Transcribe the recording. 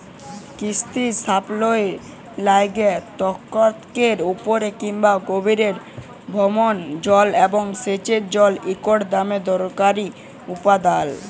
কিসির সাফল্যের লাইগে ভূত্বকের উপরে কিংবা গভীরের ভওম জল এবং সেঁচের জল ইকট দমে দরকারি উপাদাল